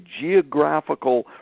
geographical